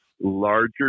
larger